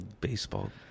baseball